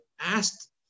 asked